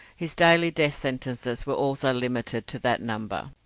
his daily death sentences were also limited to that number.